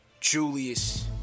Julius